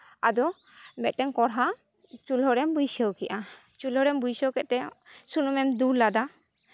ᱟᱫᱚ ᱢᱤᱫᱴᱮᱱ ᱠᱚᱲᱦᱟ ᱪᱩᱞᱦᱟᱹ ᱨᱮᱢ ᱵᱟᱹᱭᱥᱟᱹᱣ ᱠᱮᱫᱟ ᱪᱩᱞᱦᱟᱹ ᱨᱮᱢ ᱵᱟᱹᱭᱥᱟᱹᱣ ᱠᱮᱫ ᱛᱮ ᱥᱩᱱᱩᱢ ᱮᱢ ᱫᱩᱞ ᱟᱫᱟ